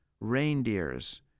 reindeers